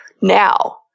Now